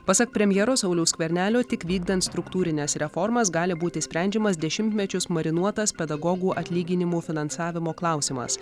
pasak premjero sauliaus skvernelio tik vykdant struktūrines reformas gali būti sprendžiamas dešimtmečius marinuotas pedagogų atlyginimų finansavimo klausimas